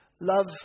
love